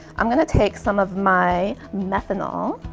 i'm gonna take some of my methanol